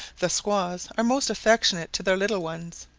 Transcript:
the squaws are most affectionate to their little ones.